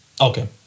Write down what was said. okay